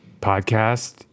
podcast